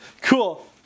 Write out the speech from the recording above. Cool